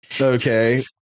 okay